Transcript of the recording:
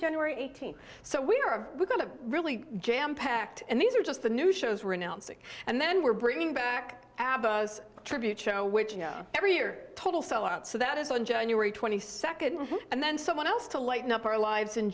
january eighteenth so we are going to really jam packed and these are just the new shows we're announcing and then we're bringing back a tribute show which every year total sellout so that is on january twenty second and then someone else to lighten up our lives in